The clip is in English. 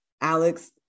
Alex